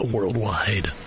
Worldwide